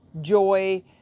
joy